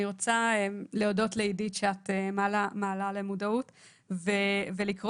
אני רוצה להודות לעידית שאת מעלה למודעות ולקרוא